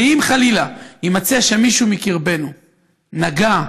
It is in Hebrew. ואם חלילה יימצא שמישהו מקרבנו נגע,